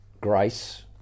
grace